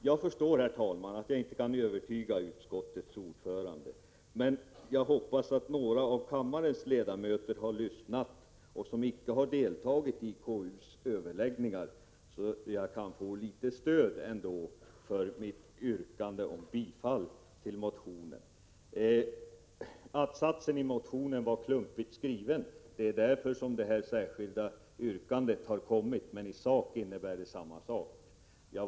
Jag förstår att jag inte kan övertyga utskottets ordförande, men jag hoppas att några av kammarens ledamöter, som icke har deltagit i KU:s överläggningar, har lyssnat så att jag kan få litet stöd för mitt yrkande om bifall till motionen. Att-satsen i motionen var klumpigt skriven, och det är därför som det särskilda yrkandet har lagts fram, med i sak samma innebörd.